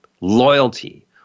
loyalty